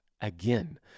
again